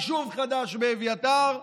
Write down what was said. יישוב חדש באביתר,